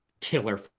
killer